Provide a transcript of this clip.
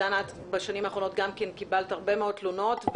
דנה, בשנים האחרונות קיבלת הרבה מאוד תלונות.